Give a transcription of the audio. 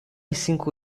cinco